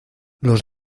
los